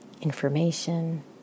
information